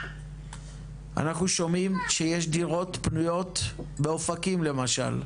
אנחנו שומעים שיש דירות פנויות באופקים, למשל.